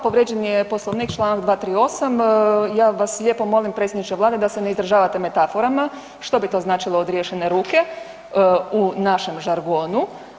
Povrijeđen je Poslovnik, čl. 238., ja vas lijepo molim predsjedniče Vlade da se ne izražavate metaforama, što bi to značilo odriješene ruke u našem žargonu.